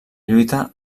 lluita